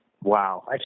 Wow